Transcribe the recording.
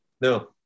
No